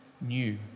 new